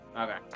Okay